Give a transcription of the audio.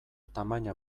tamaina